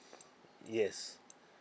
yes